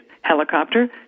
helicopter